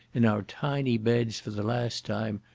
in our tiny beds for the last time,